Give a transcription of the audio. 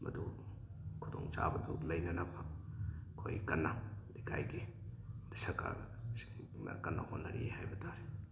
ꯃꯗꯨ ꯈꯨꯗꯣꯡꯆꯥꯕꯗꯨ ꯂꯩꯅꯅꯕ ꯑꯩꯈꯣꯏ ꯀꯟꯅ ꯂꯩꯀꯥꯏꯒꯤ ꯁꯔꯀꯥꯔ ꯁꯤꯡꯅ ꯀꯟꯅ ꯍꯣꯠꯅꯔꯤ ꯍꯥꯏꯕ ꯇꯥꯔꯦ